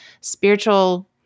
spiritual